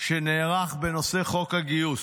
שנערך בנושא חוק הגיוס,